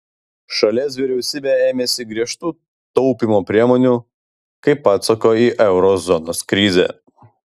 šalies vyriausybė ėmėsi griežtų taupymo priemonių kaip atsako į euro zonos krizę